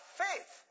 faith